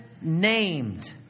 named